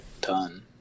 done